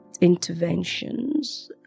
interventions